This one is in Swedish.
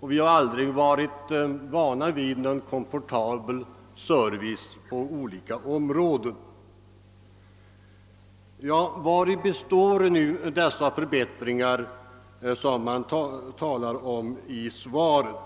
som aldrig fått vänja sig vid bekväm service på olika områden. Vari består nu de förbättringar som omtalas i svaret?